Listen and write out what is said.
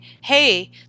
hey